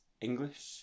English